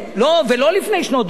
ולא לפני שנות דור,